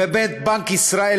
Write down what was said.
בנק ישראל,